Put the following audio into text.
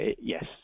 yes